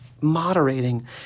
moderating